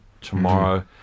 tomorrow